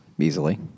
easily